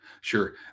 Sure